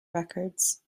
records